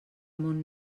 món